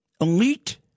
elite